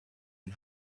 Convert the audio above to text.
and